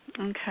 okay